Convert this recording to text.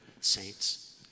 saints